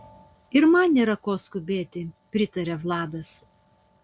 ir man nėra ko skubėti pritaria vladas